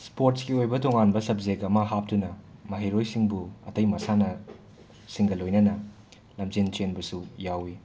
ꯁ꯭ꯄꯣꯔꯠꯁꯀꯤ ꯑꯣꯏꯕ ꯁꯕꯖꯦꯛ ꯑꯃ ꯍꯥꯞꯇꯨꯅ ꯃꯍꯩꯔꯣꯏꯁꯤꯡꯕꯨ ꯑꯇꯩ ꯃꯁꯥꯟꯅ ꯁꯤꯡꯒ ꯂꯣꯏꯅꯅ ꯂꯝꯖꯦꯟ ꯆꯦꯟꯕꯁꯨ ꯌꯥꯎꯋꯤ